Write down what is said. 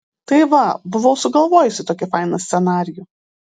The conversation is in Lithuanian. tai va buvau sugalvojusi tokį fainą scenarijų